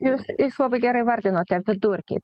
jūs jūs labai gerai įvardinote vidurkį